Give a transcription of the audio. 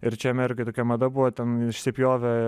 ir čia amerikoj tokia mada buvo ten išsipjovė